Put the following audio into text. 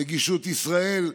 נגישות ישראל,